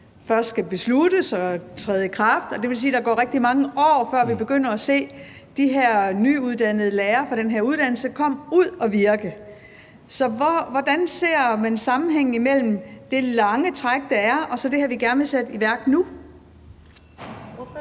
først skal besluttes og træde i kraft, og det vil sige, at der vil gå rigtig mange år, før vi begynder at se de her nyuddannede lærere fra den her uddannelse komme ud og virke. Så hvordan ser man sammenhængen imellem det lange træk, der er, og så det her, vi gerne vil sætte i værk nu?